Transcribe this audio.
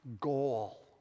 goal